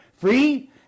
free